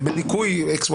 או בניכוי X,